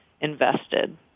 invested